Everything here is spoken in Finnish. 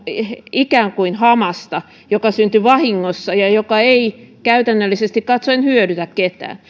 ikään kuin hamasta joka syntyi vahingossa ja joka ei käytännöllisesti katsoen hyödytä ketään